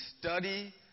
study